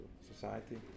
society